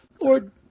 Lord